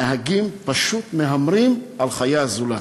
נהגים פשוט מהמרים על חיי הזולת.